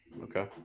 Okay